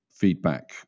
feedback